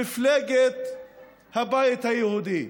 מפלגת הבית היהודי,